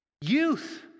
youth